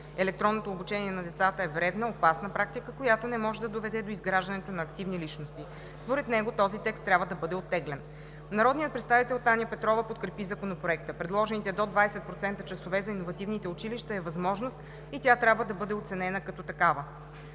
Електронното обучение на децата е вредна, опасна практика, която не може да доведе до изграждането на активни личности. Според него този текст трябва да бъде оттеглен. Народният представител Таня Петрова подкрепи Законопроекта. Предложените до 20% часове за иновативните училища е възможност и тя трябва да бъде оценена като такава.